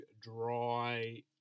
dry